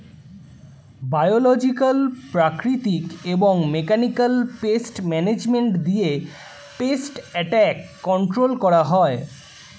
biological, প্রাকৃতিক এবং mechanical pest management দিয়ে পেস্ট অ্যাটাক কন্ট্রোল করা হয়